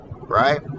right